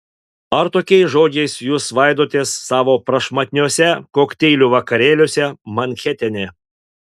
ar tokiais žodžiais jūs svaidotės savo prašmatniuose kokteilių vakarėliuose manhetene